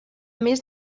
més